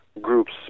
groups